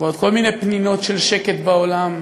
ועוד כל מיני פנינים של שקט בעולם?